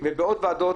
ובעוד ועדות,